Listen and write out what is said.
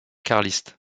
carliste